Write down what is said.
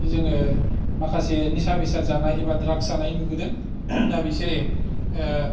जोंङो माखासे निसा बेसाद जानाय एबा द्रागस जाबोनाय नुबोदों दा बिसोरो